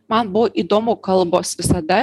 man buvo įdomu kalbos visada